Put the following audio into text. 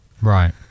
right